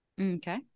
Okay